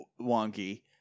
wonky